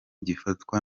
gifatwa